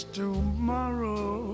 tomorrow